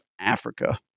Africa